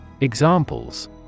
Examples